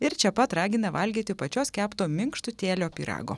ir čia pat ragina valgyti pačios kepto minkštutėlio pyrago